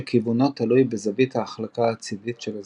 שכיוונו תלוי בזווית ההחלקה הצידית של הצמיג.